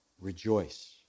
rejoice